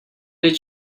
did